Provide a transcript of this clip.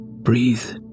Breathe